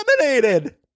eliminated